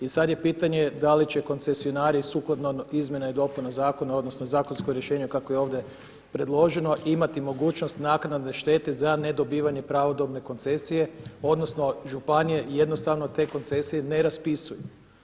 I sada je pitanje da li će koncesionari sukladno izmjenama i dopunama zakona odnosno zakonsko rješenje kako je ovdje predloženo imati mogućnost naknade štete za nedobivanje pravodobne koncesije odnosno županije jednostavno te koncesije ne raspisuju.